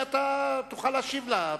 תוכל להשיב לה,